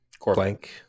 Blank